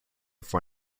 for